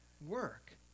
work